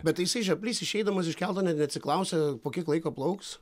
bet tai jisai žioplys išeidamas iš kelto net neatsiklausia po kiek laiko plauks